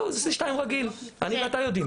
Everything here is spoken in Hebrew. לא, זה 2C רגיל, אני ואתה יודעים.